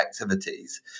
activities